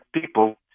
people